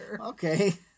okay